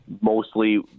mostly